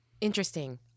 Interesting